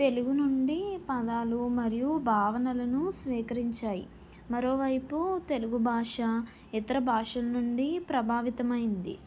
తెలుగు నుండి పదాలు మరియు భావనలను స్వీకరించాయి మరోవైపు తెలుగు భాష ఇతర భాషల నుండి ప్రభావితమైంది